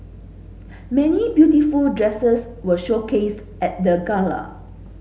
many beautiful dresses were showcased at the gala